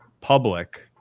public